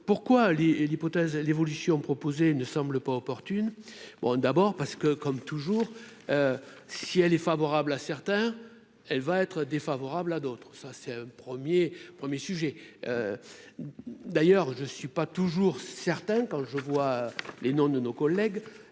l'évolution proposée ne semble pas opportune, bon, d'abord parce que, comme toujours, si elle est favorable à certains, elle va être défavorable à d'autres, ça c'est un 1er 1er sujet d'ailleurs, je suis pas toujours certain, quand je vois les noms de nos collègues